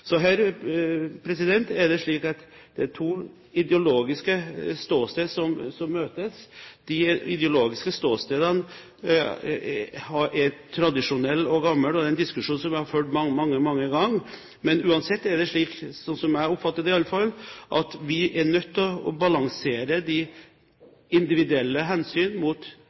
Så her er det slik at det er to ideologiske ståsteder som møtes. De ideologiske ståstedene er tradisjonelle og gamle, og det er en diskusjon jeg har ført mange ganger. Uansett er det slik, som jeg oppfatter det i alle fall, at vi er nødt til å balansere de individuelle hensyn